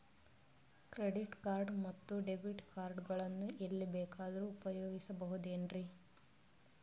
Credit card ಮತ್ತು debit card ಗಳನ್ನು ಎಲ್ಲಿ ಬೇಕಾದ್ರು ಉಪಯೋಗಿಸಬಹುದೇನ್ರಿ?